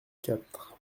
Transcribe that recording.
quatre